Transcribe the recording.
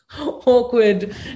awkward